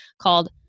called